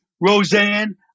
Roseanne